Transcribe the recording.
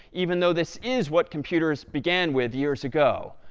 even though this is what computers began with years ago?